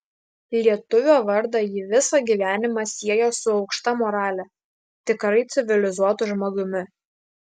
lietuvio vardą ji visą gyvenimą siejo su aukšta morale tikrai civilizuotu žmogumi